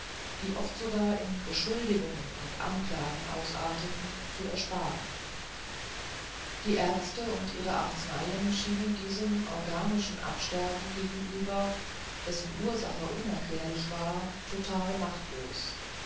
die oft sogar in beschuldigungen und anklagen ausarteten zu ersparen die aerzte und ihre arzneien schienen diesem organischen absterben gegenüber dessen ursache unerklärlich war total machtlos